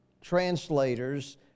translators